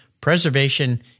Preservation